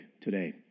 today